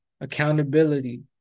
accountability